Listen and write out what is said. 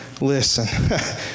Listen